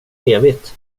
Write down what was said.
evigt